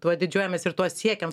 tuo didžiuojamės ir tuo siekiam